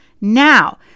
Now